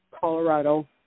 Colorado